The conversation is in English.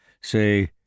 Say